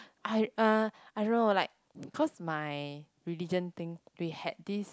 I uh I don't know like cause my religion thing we had this